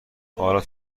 حالا